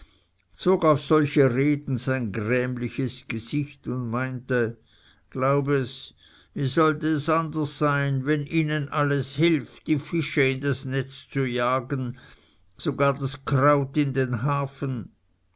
auf solche reden sein grämliches gesicht und meinte glaub es wie sollte es anders sein wenn ihnen alles hilft die fische in das netz zu jagen sogar das kraut in den hafen